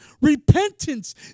repentance